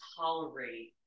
tolerate